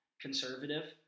conservative